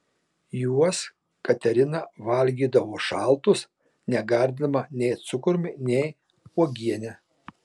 juos katerina valgydavo šaltus negardindama nei cukrumi nei uogiene